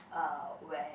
uh where